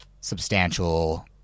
substantial